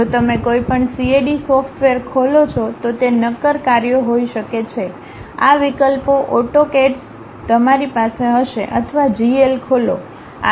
જો તમે કોઈપણ CAD સોસોફ્ટવેર ખોલો છો તો તે નક્કર કાર્યો હોઈ શકે છે આ વિકલ્પો AutoCADડ તમારી પાસે હશે અથવા GL ખોલો